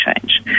change